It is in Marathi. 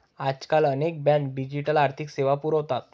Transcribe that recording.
आजकाल अनेक बँका डिजिटल आर्थिक सेवा पुरवतात